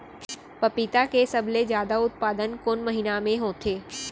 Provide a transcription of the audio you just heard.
पपीता के सबले जादा उत्पादन कोन महीना में होथे?